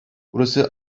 burası